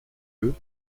œufs